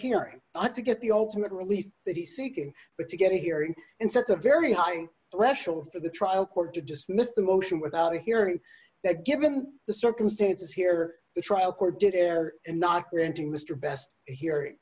hearing not to get the ultimate relief that he's seeking but to get a hearing and so it's a very high threshold for the trial court to dismiss the motion without hearing that given the circumstances here the trial court did air and not granting mr best here